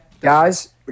Guys